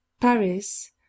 Paris